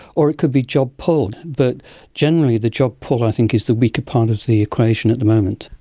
or it could be job pull. but generally the job pull i think is the weaker part of the equation at the moment.